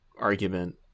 argument